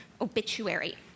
obituary